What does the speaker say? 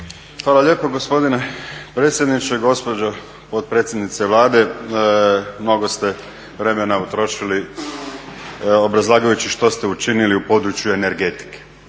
Hvala lijepo gospodine predsjedniče. Gospođo potpredsjednice Vlade, mnogo ste vremena utrošili obrazlagajući što ste učinili u području energetike.